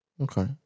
Okay